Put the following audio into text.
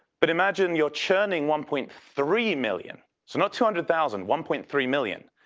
but imagine you're churning one point three million. so not two hundred thousand, one point three million.